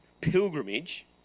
pilgrimage